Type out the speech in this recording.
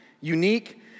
unique